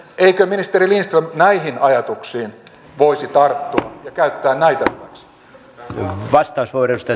eikö ministeri lindström näihin ajatuksiin voisi tarttua ja käyttää näitä hyväksi